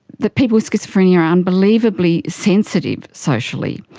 that people with schizophrenia are unbelievably sensitive socially,